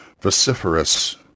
vociferous